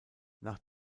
nach